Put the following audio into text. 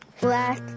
black